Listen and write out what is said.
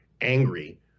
angry